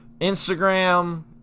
Instagram